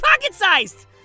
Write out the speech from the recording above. pocket-sized